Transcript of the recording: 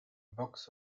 box